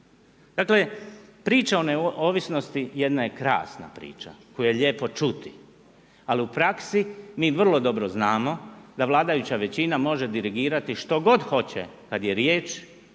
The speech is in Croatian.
Dakle, priča o neovisnosti jedna je krasna priča koju je lijepo čuti, ali u praksi mi vrlo dobro znamo da vladajuća većina može dirigirati što god hoće kad je riječ